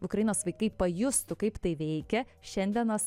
ukrainos vaikai pajustų kaip tai veikia šiandienos